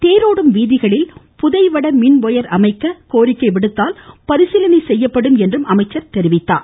தேரோடும் வீதிகளில் புதைவட மின்டியர்கள் அமைக்க கோரிக்கை விடுத்தால் பரிசீலனை செய்யப்படும் என்றும் அமைச்சர் தெரிவித்தார்